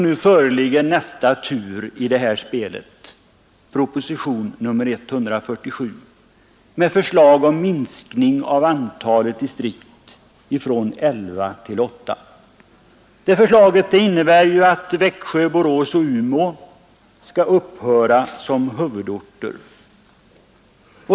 Nu föreligger nästa tur i det här spelet: proposition nr 147 med förslag om minskning av antalet distrikt från elva till åtta. Det förslaget innebär att Växjö, Borås och Umeå upphör som huvudorter.